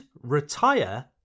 retire